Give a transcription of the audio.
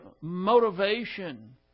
motivation